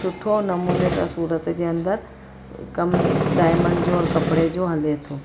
सुठो नमूने सां सूरत जे अंदरि कम डाइमंड जो ऐं कपिड़े जो हले थो